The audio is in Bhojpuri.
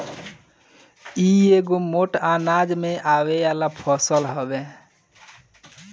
इ एगो मोट अनाज में आवे वाला फसल हवे